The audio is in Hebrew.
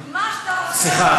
סליחה,